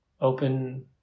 Open